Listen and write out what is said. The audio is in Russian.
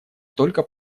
только